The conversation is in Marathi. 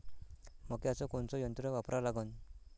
मक्याचं कोनचं यंत्र वापरा लागन?